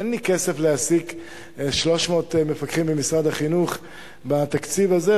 אין לי כסף להעסיק 300 מפקחים במשרד החינוך בתקציב הזה,